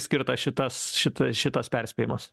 skirtas šitas šitas šitas perspėjimas